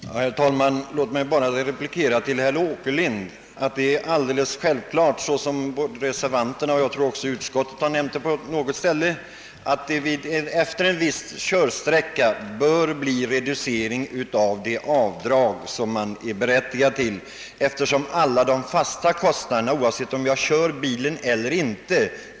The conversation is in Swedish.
Herr talman! Låt mig bara till herr Åkerlund säga att det är alldeles självklart att — det har reservanterna och, tror jag, också utskottet uttalat — det avdrag per mil som man är berättigad till bör reduceras efter en viss körsträcka, eftersom alla de fasta kostnaderna är desamma oavsett om man kör bilen eller inte.